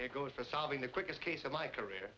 it goes to solving the quickest case of my career